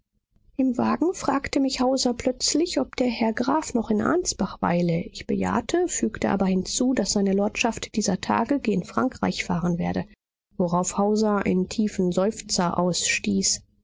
im wagen fragte mich hauser plötzlich ob der herr graf noch in ansbach weile ich bejahte fügte aber hinzu daß seine lordschaft dieser tage gen frankreich fahren werde worauf hauser einen tiefen seufzer ausstieß